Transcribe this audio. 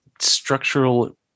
structural